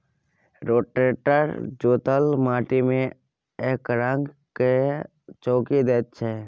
rotator जोतल माटि मे एकरंग कए चौकी दैत छै